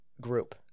group